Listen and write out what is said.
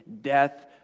death